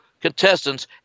contestants